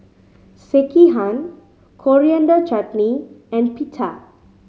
Sekihan Coriander Chutney and Pita